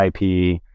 IP